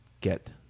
get